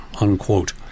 unquote